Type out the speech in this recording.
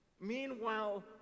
Meanwhile